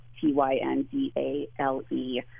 T-Y-N-D-A-L-E